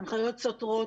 הנחיות סותרות,